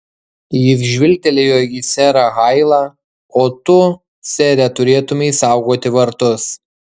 jis žvilgtelėjo į serą hailą o tu sere turėtumei saugoti vartus